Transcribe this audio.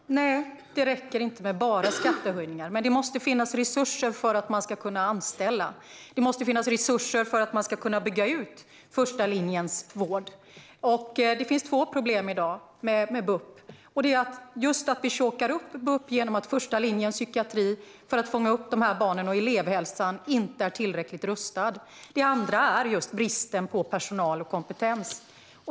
Fru talman! Nej, det räcker inte med bara skattehöjningar. Men det måste finnas resurser för att man ska kunna anställa, och det måste finnas resurser för att man ska kunna bygga ut första linjens vård. Det finns i dag två problem med BUP. Det första är att vi chokar upp BUP därför att första linjens psykiatri för att fånga upp dessa barn och elevhälsan inte är tillräckligt rustade. Det andra är bristen på personal och kompetens.